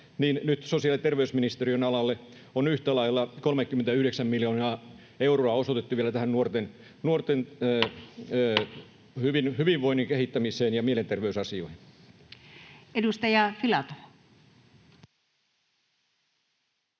sosiaali- ja terveysministeriön alalle on yhtä lailla 39 miljoonaa euroa osoitettu vielä tähän nuorten hyvinvoinnin kehittämiseen ja mielenterveysasioihin. [Speech 90]